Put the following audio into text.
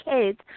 kids